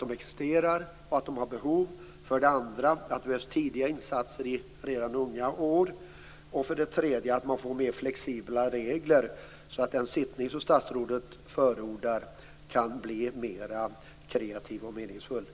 man existerar och har behov. För det andra behövs det tidiga insatser redan i unga år. För det tredje skall man få mer flexibla regler, så att den sittning som statsrådet förordar kan bli mer kreativ och meningsfull.